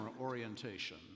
Orientation